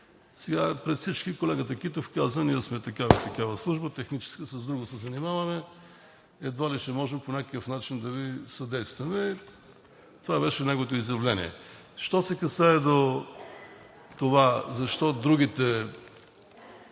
Пред всички колегата Китов каза: ние сме такава и такава служба – техническа, с друго се занимаваме, едва ли ще можем по някакъв начин да Ви съдействаме. Това беше неговото изявление. Що се касае до това защо другите